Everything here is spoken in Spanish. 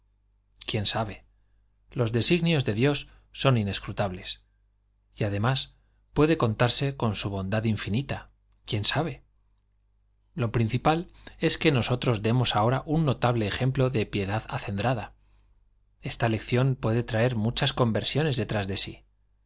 quién sabe los designios de dios son inescrutables y además puede contarse con su bondad infinita quién sabe lo principal es que nosotros demos ahora un notable ejemplo de piedad acendrada esta lección puede traer muchas conversiones detrás de sí